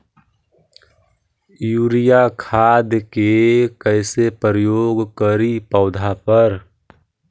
Urea खाद के कैसे प्रयोग करि पौधा पर?